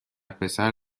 پسر